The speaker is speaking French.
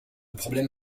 problème